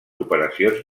operacions